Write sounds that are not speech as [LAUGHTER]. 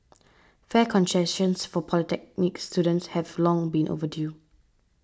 fare [UNINTELLIGIBLE] for polytechnic students have long been overdue